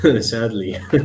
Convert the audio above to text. sadly